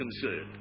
concerned